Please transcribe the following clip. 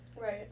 Right